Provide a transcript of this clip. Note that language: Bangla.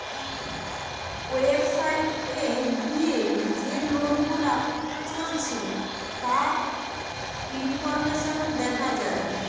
ওয়েবসাইট এ গিয়ে যে লোন গুলা চলছে তার ইনফরমেশন দেখা যায়